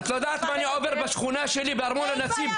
את יודעת מה אני עובר בשכונה שלי בארמון הנציב?